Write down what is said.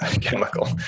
chemical